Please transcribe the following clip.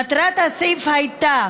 מטרת הסעיף הייתה